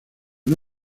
una